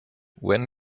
when